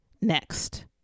next